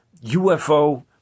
UFO